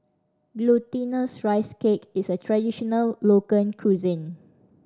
Glutinous Rice Cake is a traditional local cuisine